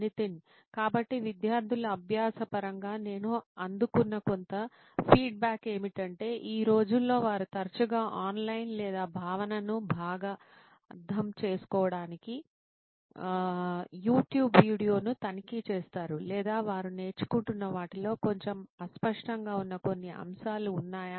నితిన్ కాబట్టి విద్యార్థుల అభ్యాస పరంగా నేను అందుకున్న కొంత ఫీడ్బ్యాక్ ఏమిటంటే ఈ రోజుల్లో వారు తరచుగా ఆన్లైన్ లేదా భావనను బాగా అర్థం చేసుకోవడానికి యూట్యూబ్ వీడియోను తనిఖీ చేస్తారు లేదా వారు నేర్చుకుంటున్న వాటిలో కొంచెం అస్పష్టంగా ఉన్న కొన్ని అంశాలు ఉన్నాయా